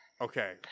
Okay